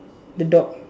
the dog